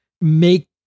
make